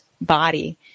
body